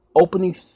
Opening